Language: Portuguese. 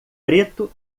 preto